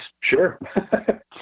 sure